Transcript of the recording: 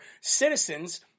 citizens